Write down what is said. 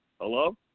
Hello